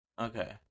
Okay